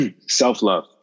self-love